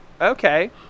Okay